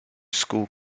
school